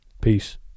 Peace